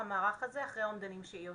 המערך הזה אחרי האומדנים שהיא עושה.